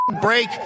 break